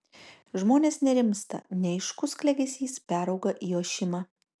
žmonės nerimsta neaiškus klegesys perauga į ošimą